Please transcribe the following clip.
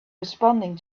responding